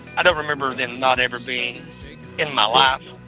i don't remember then not ever being in my life.